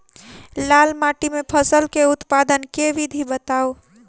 लाल माटि मे फसल केँ उत्पादन केँ विधि बताऊ?